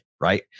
right